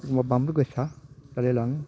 एखमब्ला बानलु गोसा जालायलाङो